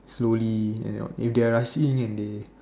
slowly if they are rushing and they